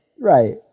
Right